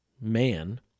man